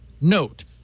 note